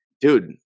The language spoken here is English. Dude